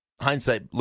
hindsight